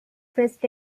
first